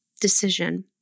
decision